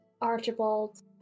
Archibald